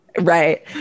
Right